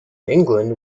england